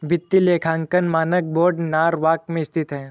वित्तीय लेखांकन मानक बोर्ड नॉरवॉक में स्थित है